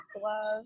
gloves